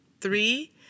Three